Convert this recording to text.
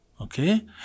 Okay